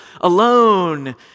alone